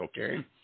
okay